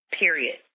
period